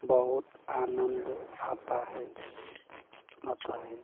बहुत आनंद आता है आता है